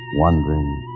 wondering